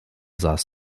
saß